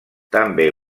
també